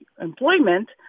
employment